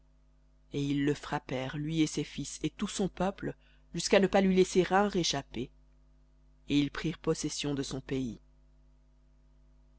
et ils le frappèrent lui et ses fils et tout son peuple jusqu'à ne pas lui laisser un réchappé et ils prirent possession de son pays